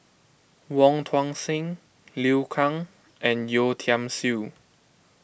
Wong Tuang Seng Liu Kang and Yeo Tiam Siew